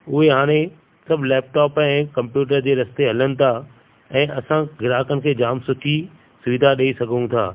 उहे हाणे सभु लैपटोप ऐं कमप्यूटर जे रस्ते हलनि था ऐं असां ग्राहकनि खे जाम सुठी सुविधा ॾई सघूं था